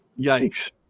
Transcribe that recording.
yikes